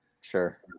Sure